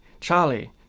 charlie